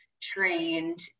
trained